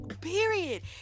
period